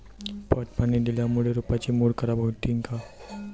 पट पाणी दिल्यामूळे रोपाची मुळ खराब होतीन काय?